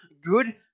good